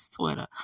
twitter